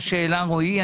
מה שהעלה רועי.